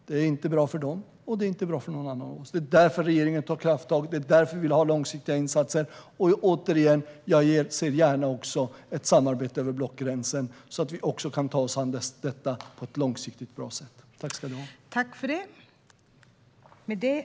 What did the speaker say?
Det är inte bra för dem eller för någon annan. Det är därför regeringen tar krafttag. Det är därför vi vill ha långsiktiga insatser. Återigen: Jag ser gärna också ett samarbete över blockgränsen, så att vi också kan ta oss an detta på ett långsiktigt och bra sätt.